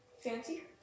Fancy